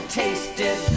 tasted